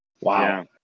wow